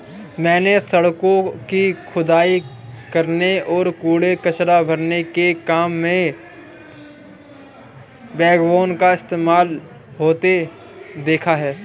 मैंने सड़कों की खुदाई करने और कूड़ा कचरा भरने के काम में बैकबोन का इस्तेमाल होते देखा है